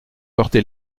porter